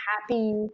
happy